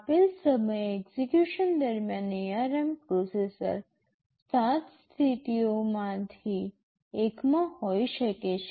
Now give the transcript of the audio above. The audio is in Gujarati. આપેલ સમયે એક્ઝેક્યુશન દરમિયાન ARM પ્રોસેસર ૭ સ્થિતિઓમાંથી એકમાં હોઈ શકે છે